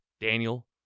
Daniel